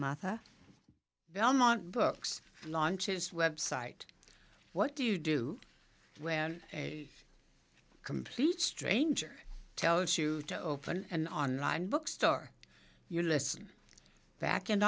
belmont books launches website what do you do when a complete stranger tells you to open an online bookstore your lesson back in